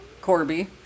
Corby